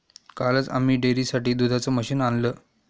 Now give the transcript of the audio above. कालच आम्ही डेअरीसाठी दुधाचं मशीन आणलं